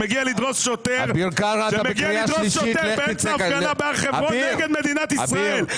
שמגיע לדרוס שוטר באמצע הפגנה נגד מדינת ישראל בהר חברון?